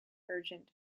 urgent